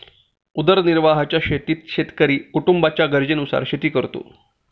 उदरनिर्वाहाच्या शेतीत शेतकरी कुटुंबाच्या गरजेनुसार शेती करतो